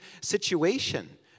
situation